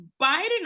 Biden